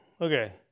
Okay